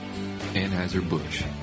Anheuser-Busch